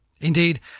Indeed